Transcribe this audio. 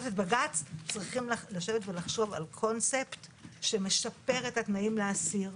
את בג"ץ צריכים לשבת ולחשוב על קונספט שמשפר את התנאים לאסיר,